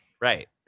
right